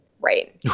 Right